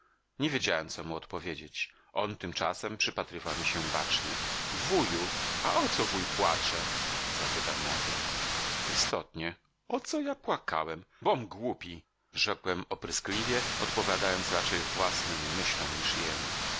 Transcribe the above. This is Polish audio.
nie wiedziałem co mu odpowiedzieć on tymczasem przypatrywał mi się bacznie wuju a o co wuj płacze zapytał nagle istotnie o co ja płakałem bom głupi rzekłem opryskliwie odpowiadając raczej własnym myślom niż jemu